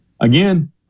again